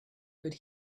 could